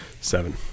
Seven